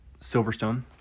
Silverstone